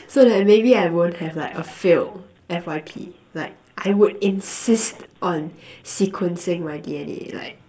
so that maybe I won't have like have a failed F_Y_P like I would insist on sequencing my D_N_A like